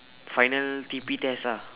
final T_P test ah